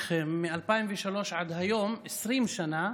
מ-2003 עד היום, 20 שנה,